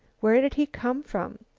where did he come from?